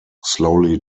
slowly